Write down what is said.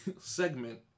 segment